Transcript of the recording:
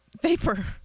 vapor